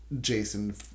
Jason